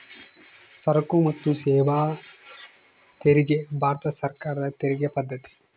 ಸರಕು ಮತ್ತು ಸೇವಾ ತೆರಿಗೆ ಭಾರತ ಸರ್ಕಾರದ ತೆರಿಗೆ ಪದ್ದತಿ